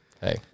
hey